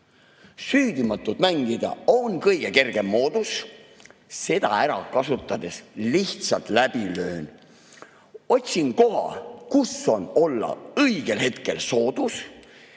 Süüdimatut mängida on kõige kergem moodus, seda ära kasutades lihtsalt läbi löön. Otsin koha, kus on olla õigel hetkel soodus,